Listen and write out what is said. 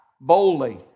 boldly